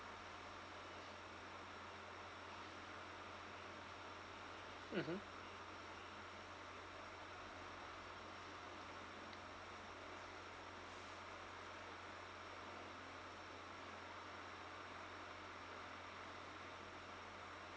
mmhmm